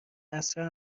عصرا